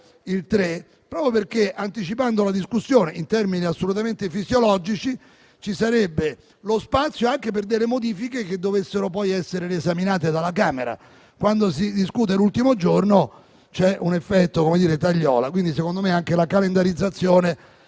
marzo - proprio perché, anticipando la discussione in termini assolutamente fisiologici, ci sarebbe lo spazio anche per eventuali modifiche che dovessero essere riesaminate dalla Camera. Quando si discute l'ultimo giorno, invece, c'è un effetto tagliola; quindi, secondo me, anche la calendarizzazione